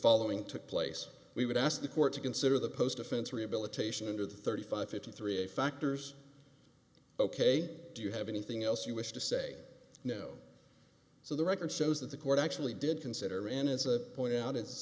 following took place we would ask the court to consider the post offense rehabilitation under thirty five fifty three factors ok do you have anything else you wish to say no so the record shows that the court actually did consider and is a point out i